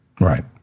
Right